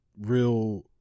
real